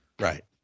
Right